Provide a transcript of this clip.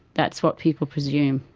that's what people presume.